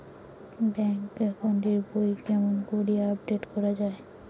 Bank account এর বই কেমন করি আপডেট করা য়ায়?